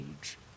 age